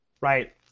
Right